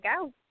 go